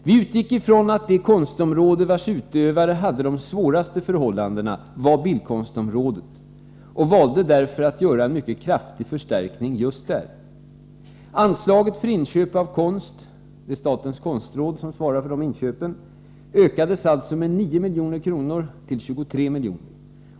Vi utgick ifrån att det konstområde vars utövare hade de svåraste förhållandena var bildkonstområdets utövare och valde därför att göra en mycket kraftig förstärkning just där. Anslaget för inköp av konst — det är statens konstråd som svarar för de inköpen — ökades alltså med 9 milj.kr. till 23 miljoner.